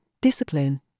discipline